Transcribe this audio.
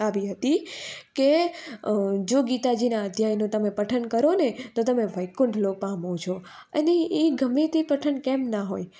આવી હતી કે જો ગીતાજીનાં અધ્યાયનું તમે પઠન કરોને તો તમે વૈકુંઠ લોકમાં પહોંચો અને એ ગમે તે પઠન કેમ ના હોય